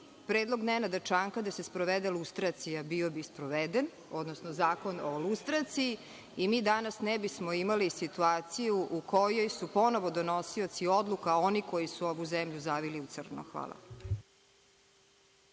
predlog Nenada Čanka da se sprovede lustracija bio bi sproveden, odnosno zakon o lustraciji i mi danas ne bismo imali situaciju u kojoj su ponovo donosioci odluka oni koji su ovu zemlju zavili u crno. Hvala.